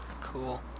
Cool